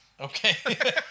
Okay